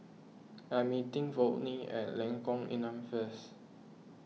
I am meeting Volney at Lengkong Enam first